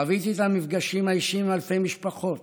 חוויתי את המפגשים האישיים עם אלפי משפחות